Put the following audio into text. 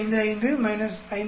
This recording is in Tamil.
45 X 2